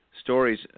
stories